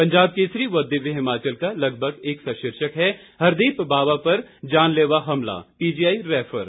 पंजाब केसरी व दिव्य हिमाचल का लगभग एक सा शीर्षक है हरदीप बाबा पर जानलेवा हमला पीजीआई रैफर